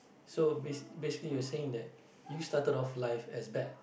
so basi~ basically you're saying that you started off life as bad